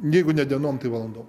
jeigu ne dienom tai valandom